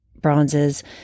bronzes